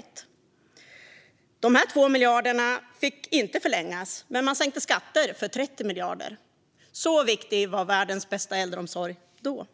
Det här statsbidraget på 2 miljarder fick inte förlängas, men man sänkte skatter för 30 miljarder. Så viktig var världens bästa äldreomsorg då.